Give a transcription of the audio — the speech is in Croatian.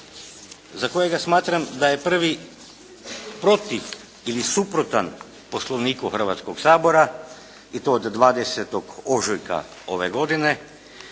za kojega smatram da je prvi protiv ili suprotan Poslovniku Hrvatskog sabora i to od 20. ožujka ove godine